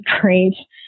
great